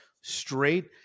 straight